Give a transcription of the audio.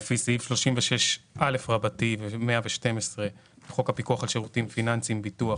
ולפי סעיפים 36א ו-112 לחוק הפיקוח על שירתים פיננסיים (ביטוחי),